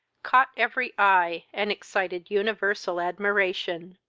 caught every eye, and excited universal admiration.